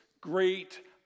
great